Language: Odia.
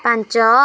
ପାଞ୍ଚ